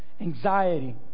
anxiety